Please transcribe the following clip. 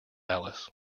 alice